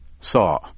saw